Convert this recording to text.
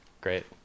Great